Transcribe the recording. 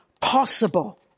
possible